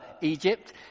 Egypt